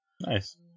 Nice